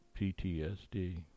PTSD